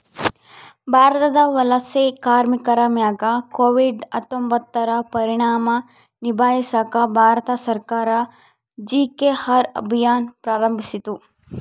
ಭಾರತದ ವಲಸೆ ಕಾರ್ಮಿಕರ ಮ್ಯಾಗ ಕೋವಿಡ್ ಹತ್ತೊಂಬತ್ತುರ ಪರಿಣಾಮ ನಿಭಾಯಿಸಾಕ ಭಾರತ ಸರ್ಕಾರ ಜಿ.ಕೆ.ಆರ್ ಅಭಿಯಾನ್ ಪ್ರಾರಂಭಿಸಿತು